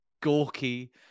gawky